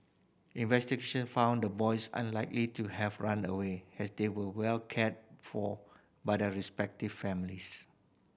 investigation found the boys unlikely to have run away as they were well cared for by their respective families